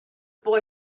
boy